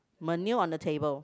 menu on the table